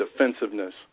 defensiveness